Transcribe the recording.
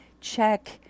check